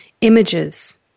Images